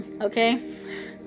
Okay